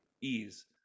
ease